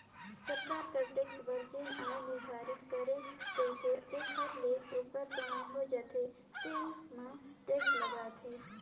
सरकार कर टेक्स बर जेन आय निरधारति करे रहिथे तेखर ले उप्पर कमई हो जाथे तेन म टेक्स लागथे